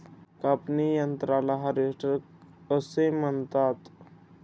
कापणी यंत्राला हार्वेस्टर असे म्हणतात